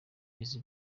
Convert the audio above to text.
eazzy